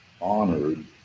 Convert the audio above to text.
honored